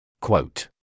Quote